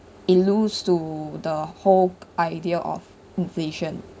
it lose to the whole idea of inflation